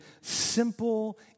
simple